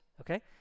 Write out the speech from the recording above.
okay